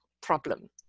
problem